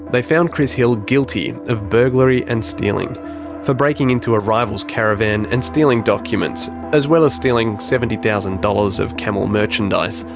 they found chris hill guilty of burglary and stealing for breaking into a rival's caravan and stealing documents, as well as stealing seventy thousand dollars of camel merchandise,